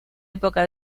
época